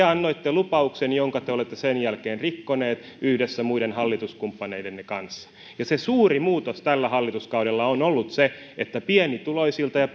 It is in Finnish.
annoitte lupauksen jonka te olette sen jälkeen rikkoneet yhdessä muiden hallituskumppaneidenne kanssa se suuri muutos tällä hallituskaudella on ollut se että pienituloisilta ja